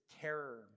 terror